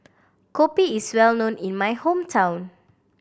kopi is well known in my hometown